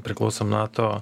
priklausom nato